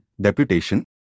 deputation